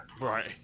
Right